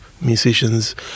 musicians